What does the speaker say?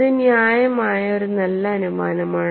ഇത് ന്യായമായ ഒരു നല്ല അനുമാനമാണ്